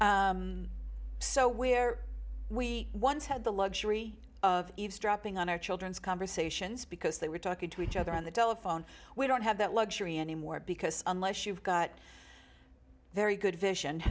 writers so where we once had the luxury of eavesdropping on our children's conversations because they were talking to each other on the telephone we don't have that luxury anymore because unless you've got very good vision